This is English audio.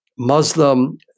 Muslim